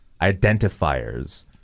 identifiers